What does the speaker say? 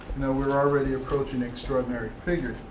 know, we're already approaching extraordinary figures.